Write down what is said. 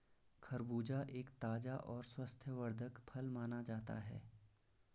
खरबूजा एक ताज़ा और स्वास्थ्यवर्धक फल माना जाता है